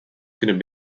kunnen